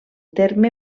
terme